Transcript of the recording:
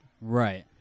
Right